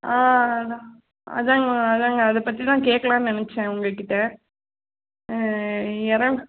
ஆ அதான் அதாங்க அதாங்க அதை பற்றிதான் கேட்கலான்னு நினைச்சேன் உங்கள்கிட்ட எற